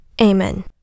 amen